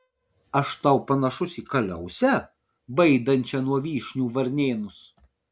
aš tau panašus į kaliausę baidančią nuo vyšnių varnėnus